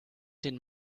den